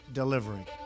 delivering